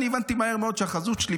אני הבנתי מהר מאוד שהחזות שלי,